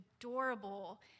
adorable